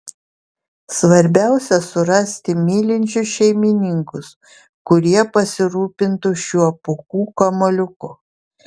svarbiausia surasti mylinčius šeimininkus kurie pasirūpintų šiuo pūkų kamuoliuku